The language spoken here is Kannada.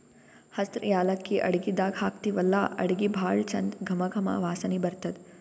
ಹಸ್ರ್ ಯಾಲಕ್ಕಿ ಅಡಗಿದಾಗ್ ಹಾಕ್ತಿವಲ್ಲಾ ಅಡಗಿ ಭಾಳ್ ಚಂದ್ ಘಮ ಘಮ ವಾಸನಿ ಬರ್ತದ್